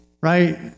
Right